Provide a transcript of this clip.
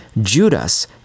Judas